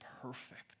perfect